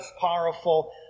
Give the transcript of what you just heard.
powerful